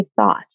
thought